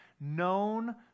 known